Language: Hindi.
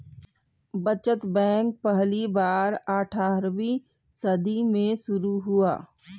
बचत बैंक पहली बार अट्ठारहवीं सदी में शुरू हुआ